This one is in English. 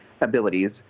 abilities